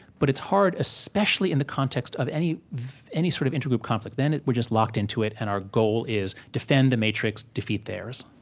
but it's hard, especially in the context of any any sort of intergroup conflict. then we're just locked into it, and our goal is defend the matrix, defeat theirs